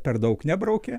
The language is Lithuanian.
per daug nebraukia